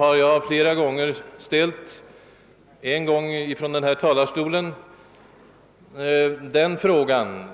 Jag har flera gånger — en gång från denna talarstol — ställt frågan: